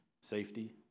safety